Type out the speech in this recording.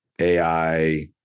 AI